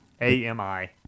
A-M-I